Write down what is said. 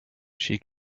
she